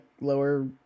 lower